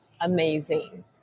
amazing